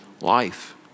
life